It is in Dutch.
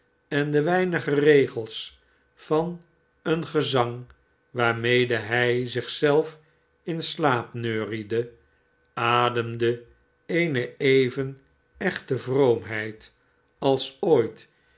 en de weinige regels van een gezang waarmede hij zich zelf in slaap netiriede ademde eene even echte vroomheid als ooit